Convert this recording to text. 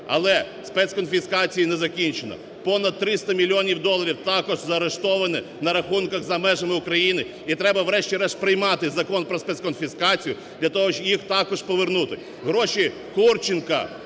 Але спецконфіскації не закінчено, понад 300 мільйонів доларів також заарештовані на рахунках за межами України і треба, врешті решт, приймати Закон про спецконфіскацію для того, щоб їх також повернути. Гроші Курченка,